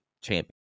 champion